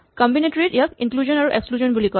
combinatory ত ইয়াক inclusion আৰু এক্সক্লুজন বুলি কয়